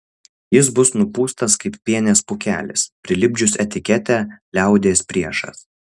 jis bus nupūstas kaip pienės pūkelis prilipdžius etiketę liaudies priešas